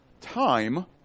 time